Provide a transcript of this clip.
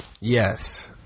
Yes